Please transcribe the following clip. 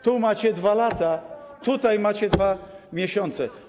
Tu macie 2 lata, a tutaj macie 2 miesiące.